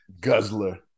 Guzzler